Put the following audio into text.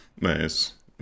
Nice